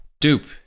Dupe